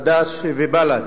חד"ש ובל"ד.